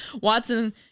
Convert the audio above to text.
Watson